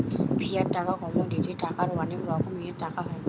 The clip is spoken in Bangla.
ফিয়াট টাকা, কমোডিটি টাকার অনেক রকমের টাকা হয়